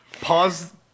Pause